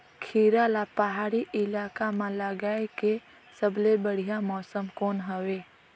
खीरा ला पहाड़ी इलाका मां लगाय के सबले बढ़िया मौसम कोन हवे?